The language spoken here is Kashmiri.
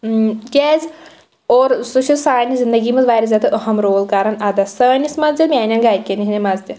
کیٛازِ اور سُہ چھُ سانہِ زنٛدگی منٛز واریاہ زیادٕ أہم رول کران ادا سٲنِس منٛز تہِ میٛانیٚن گھرکیٚن ہنٛدیٚن منٛز تہِ